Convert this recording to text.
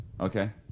Okay